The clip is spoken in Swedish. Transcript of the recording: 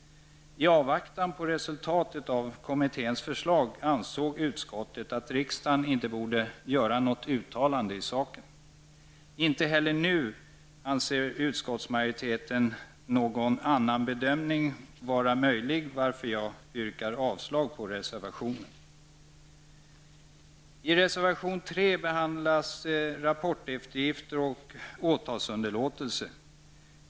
I avvaktan på resultatet av kommitténs förslag ansåg utskottet att riksdagen inte borde göra något uttalande i saken. Inte heller nu anser utskottsmajoriteten någon annan bedömning vara möjlig, varför jag yrkar avslag på reservationen. I reservation 3 behandlas rapporteftergift och åtalsunderlåtelse.